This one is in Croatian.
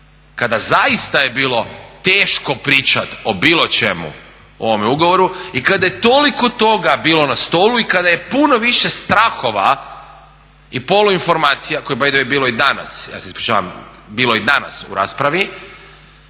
kada zaista je bilo teško pričati o bilo čemu o ovome ugovoru i kada je toliko toga bilo na stolu i kada je puno više strahova i polu informacija kojih je by the way bilo i